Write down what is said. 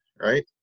right